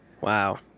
wow